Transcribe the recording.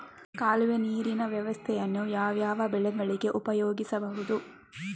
ಕಾಲುವೆ ನೀರಿನ ವ್ಯವಸ್ಥೆಯನ್ನು ಯಾವ್ಯಾವ ಬೆಳೆಗಳಿಗೆ ಉಪಯೋಗಿಸಬಹುದು?